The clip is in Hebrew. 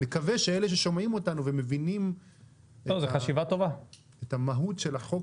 נקווה שאלה ששומעים אותנו ומבינים את המהות של החוק